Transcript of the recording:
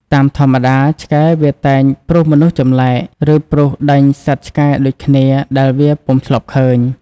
តាមធម្មតា ឆ្កែវាតែងព្រុះមនុស្សចម្លែក ឬព្រុះដេញសត្វឆ្កែដូចគ្នាដែលវាពុំធ្លាប់ឃើញ។